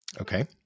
Okay